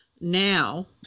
Now